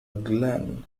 glen